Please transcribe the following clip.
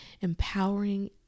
empowering